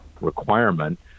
requirement